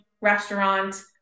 restaurant